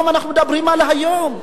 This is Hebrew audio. אנחנו מדברים על המצב היום,